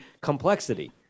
complexity